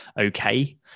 okay